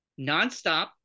nonstop